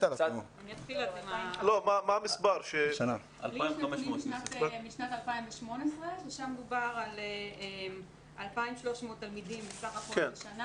2,500. משנת 2018, שם דובר על 2,300 תלמידים בשנה.